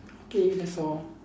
okay that's all